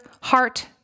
Heart